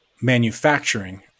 manufacturing